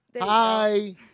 Hi